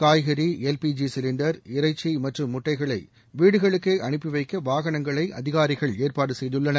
காய்கறி LPG cylinder இறைச்சி மற்றும் முட்டைகளை வீடுகளுக்கு அனுப்பி வைக்க வாகனங்களை அதிகாரிகள் ஏற்பாடு செய்துள்ளனர்